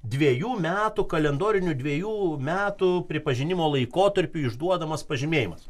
dviejų metų kalendorinių dvejų metų pripažinimo laikotarpiui išduodamas pažymėjimas